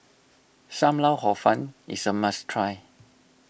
Sam Lau Hor Fun is a must try